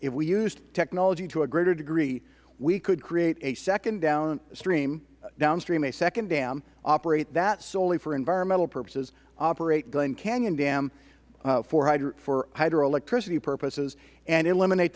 if we used technology to a greater degree we could create a second downstream downstream a second dam operate that solely for environmental purposes operate glen canyon dam for hydroelectricity purposes and eliminate